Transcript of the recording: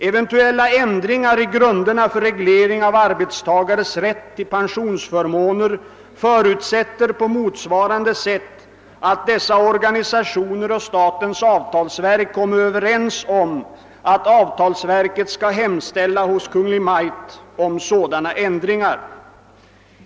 Eventuella ändringar i grunderna för reglering av arbetstagares rätt till pensionsförmåner förutsätter på motsvarande sätt att dessa organisationer och statens avtalsverk kommer överens om att avtalsverket skall hemställa hos Kungl. Maj:t om sådana ändringar.